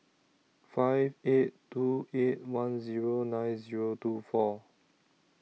five eight two eight one Zero nine Zero two four